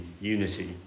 unity